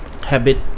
habit